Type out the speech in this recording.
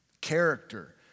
Character